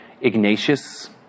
Ignatius